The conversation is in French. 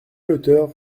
hauteur